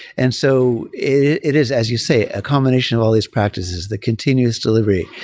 and so it is as you say, a combination of all these practices that continues delivery,